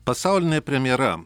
pasaulinė premjera